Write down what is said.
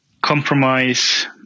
Compromise